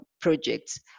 projects